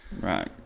Right